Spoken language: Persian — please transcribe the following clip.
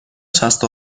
شصت